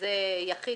שזה "יחיד,